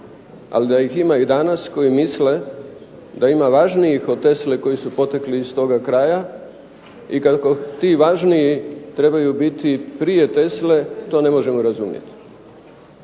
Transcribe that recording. Ali da ih ima i danas koji misle da ima važnijih od Tesle koji su potekli iz toga kraja i kako ti važniji trebaju biti prije Tesle to ne možemo razumjeti.